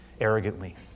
arrogantly